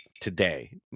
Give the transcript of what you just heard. today